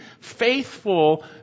faithful